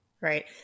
Right